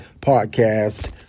podcast